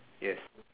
yes